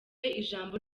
ijambo